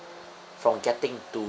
from getting to